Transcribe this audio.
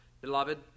Beloved